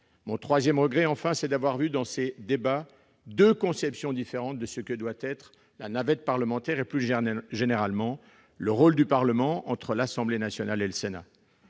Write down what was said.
Mon troisième regret, enfin, c'est celui d'avoir vu dans nos débats deux conceptions différentes de ce que doit être la navette parlementaire et, plus généralement, le rôle du Parlement, entre l'Assemblée nationale et le Sénat.